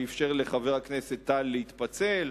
שאפשר לחבר הכנסת טל להתפצל,